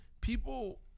People